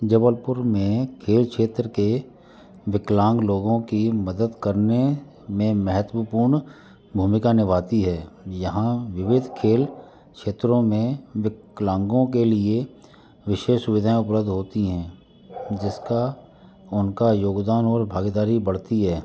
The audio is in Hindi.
जबलपुर में खेल क्षेत्र के विकलांग लोगों कि मदद करने में महत्वपूर्ण भूमिका निभाती है यहाँ विविध खेल क्षेत्रों में विकलांगों के लिए विशेष सुविधाएँ उपलब्ध होती हैं जिसका उनका योगदान और भागेदारी बढ़ती है